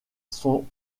sont